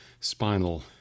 spinal